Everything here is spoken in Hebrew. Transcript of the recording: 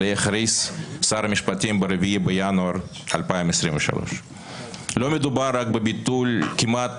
שעליה הכריז שר המשפטים ב-4 בינואר 2023. לא מדובר רק בביטול כמעט